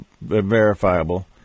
verifiable